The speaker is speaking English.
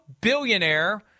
billionaire